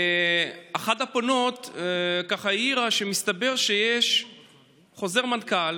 אחת הפונות העירה שמסתבר שיש חוזר מנכ"ל